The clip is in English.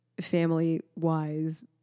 family-wise